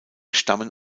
stammen